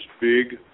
big